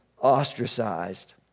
ostracized